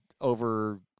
over